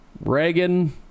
Reagan